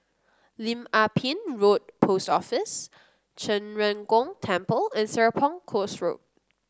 Lim Ah Pin Road Post Office Zhen Ren Gong Temple and Serapong Course Road